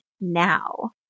now